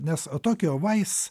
nes o tokio vais